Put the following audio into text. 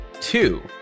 two